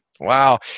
Wow